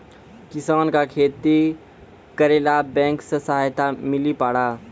किसान का खेती करेला बैंक से सहायता मिला पारा?